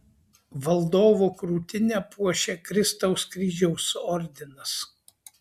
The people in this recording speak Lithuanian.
valdovo krūtinę puošia kristaus kryžiaus ordinas